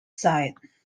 site